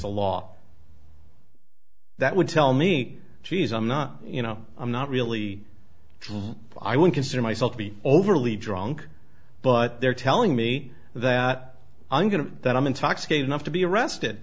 a law that would tell me geez i'm not you know i'm not really drunk i would consider myself to be overly drunk but they're telling me that i'm going to that i'm intoxicated enough to be arrested